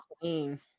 Queen